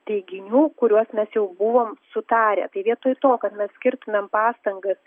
teiginių kuriuos mes jau buvom sutarę tai vietoj to kad mes skirtumėm pastangas